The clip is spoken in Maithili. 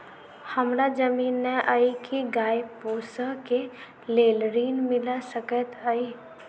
हमरा जमीन नै अई की गाय पोसअ केँ लेल ऋण मिल सकैत अई?